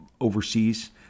overseas